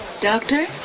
Doctor